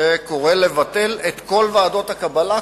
שקורא לבטל את כל ועדות הקבלה,